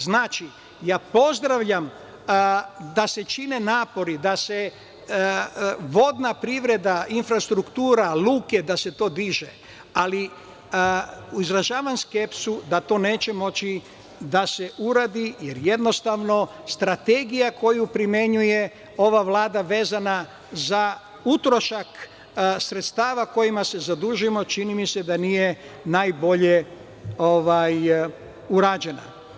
Znači, pozdravljam da se čine napori, da se vodna privreda, infrastruktura, luke, da se dižu, ali izražavam skepsu da to neće moći da se uradi, jer jednostavno strategiju koju primenjuje ova Vlada vezana za utrošak sredstava kojima se zadužujemo, čini mi se da nije najbolje urađena.